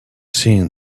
seen